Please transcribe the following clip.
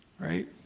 Right